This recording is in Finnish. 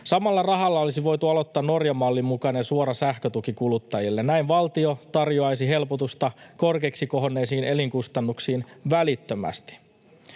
Samalla rahalla olisi voitu aloittaa Norjan mallin mukainen suora sähkötuki kuluttajille. Näin valtio tarjoaisi helpotusta korkeiksi kohonneisiin elinkustannuksiin välittömästi.